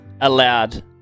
allowed